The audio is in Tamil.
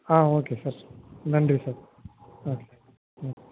ஆ ஓகே சார் நன்றி சார் ஓகே ம்